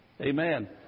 Amen